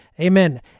Amen